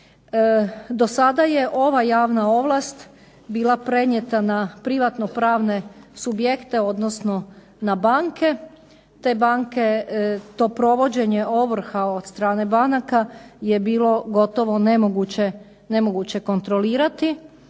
Do sada je ova javna ovlast bila prenijeta na privatnopravne subjekte, odnosno na banke. Te banke, to provođenje ovrha od strane banaka je bilo gotovo nemoguće kontrolirati,